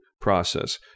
process